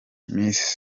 miss